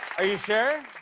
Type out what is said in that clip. are you sure?